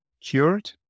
cured